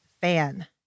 fan